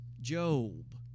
Job